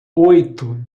oito